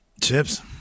chips